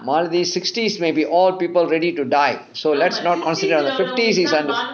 malathi sixties may be all people ready to die so let's not consider fifties is under